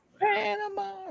Panama